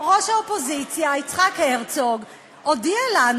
ראש האופוזיציה יצחק הרצוג הודיע לנו